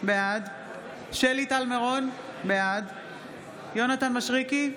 בעד שלי טל מירון, בעד יונתן מישרקי,